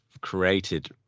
created